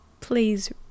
Please